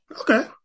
Okay